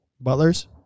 Butler's